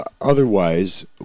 Otherwise